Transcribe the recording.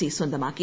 C സ്വന്തമാക്കി